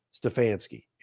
Stefanski